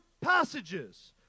passages